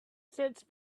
sits